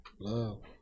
love